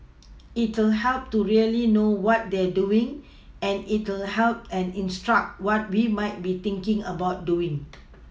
it'll help to really know what they're doing and it'll help and instruct what we might be thinking about doing